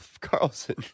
Carlson